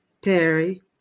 Terry